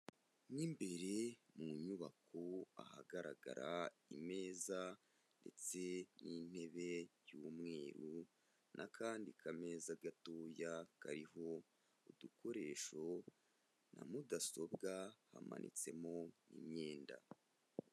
Mo imbere mu nyubako ahagaragarara imeza ndetse n'intebe y'umweru n'akandi kameza gato ya kariho udukoresho na mudasobwa, hamanitsemo imyenda.